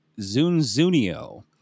Zunzunio